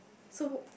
so